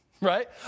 Right